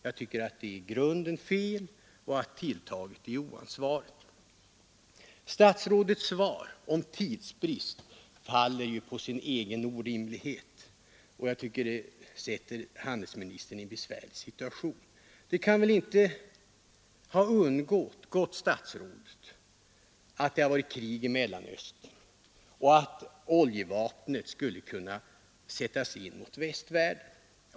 Jag tycker att den är i grunden fel och att tilltaget är oansvarigt. Statsrådets svar om tidsbrist faller på sin egen orimlighet, och jag tycker det sätter handelsministern i en besvärlig situation. Det kan väl inte ha undgått statsrådet att det har varit krig i Mellanöstern och att oljevapnet skulle kunna sättas in mot västvärlden?